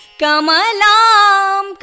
Kamalam